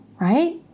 right